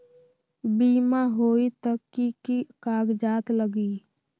बिमा होई त कि की कागज़ात लगी?